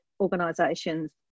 organisations